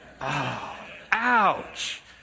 ouch